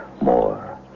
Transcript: more